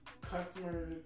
customer